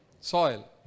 Soil